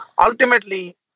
Ultimately